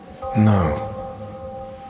No